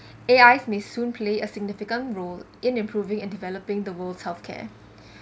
A_I may soon play a significant role in improving and developing the world health care